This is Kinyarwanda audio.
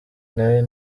nayo